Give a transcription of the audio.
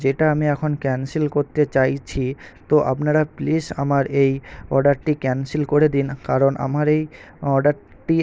যেটা আমি এখন ক্যান্সেল করতে চাইছি তো আপনারা প্লিস আমার এই অর্ডারটি ক্যান্সেল করে দিন কারণ আমার এই অর্ডারটি